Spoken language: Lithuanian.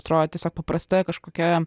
atrodo tiesiog paprasta kažkokia